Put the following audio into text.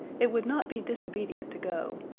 it would not be disobedient to go.